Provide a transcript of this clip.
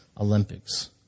Olympics